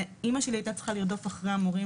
אמא שלי היתה צריכה לרדוף אחרי המורים,